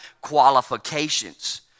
qualifications